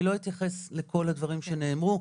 אני לא אתייחס לכל הדברים שנאמרו,